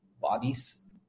bodies